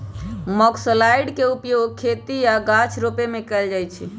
मोलॉक्साइड्स के उपयोग खेती आऽ गाछ रोपे में कएल जाइ छइ